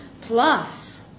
Plus